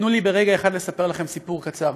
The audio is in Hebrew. תנו לי ברגע אחד לספר לכם סיפור קצר.